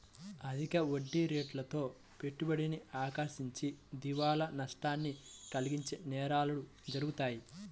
అధిక వడ్డీరేట్లతో పెట్టుబడిని ఆకర్షించి దివాలా నష్టాన్ని కలిగించే నేరాలు జరుగుతాయి